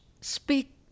speak